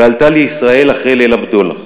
ועלתה לישראל אחרי "ליל הבדולח".